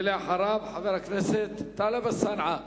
ואחריו, חבר הכנסת טלב אלסאנע.